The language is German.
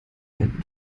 wänden